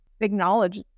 acknowledge